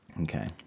Okay